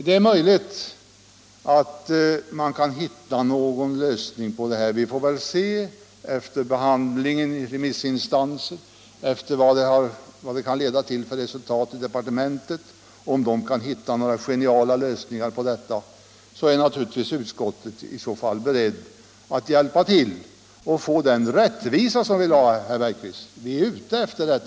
Det är möjligt att man kan finna någon lösning på problemet — vi får väl se hur det går efter behandlingen i remissinstanserna och vad den kan leda till; om departementet kan hitta några geniala lösningar, är utskottet naturligtvis, herr Bergqvist, berett att hjälpa till för att söka uppnå den rättvisa som vi är ute efter.